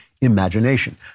imagination